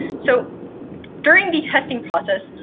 so during the testing process,